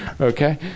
okay